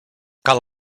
cal